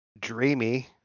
dreamy